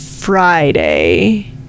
Friday